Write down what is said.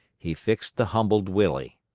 he fixed the humbled willie.